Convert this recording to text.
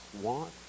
want